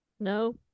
No